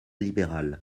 libéral